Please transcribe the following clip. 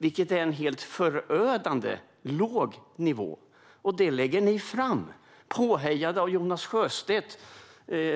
Det är en helt förödande låg nivå. Detta förslag lägger ni fram, påhejade av Jonas Sjöstedt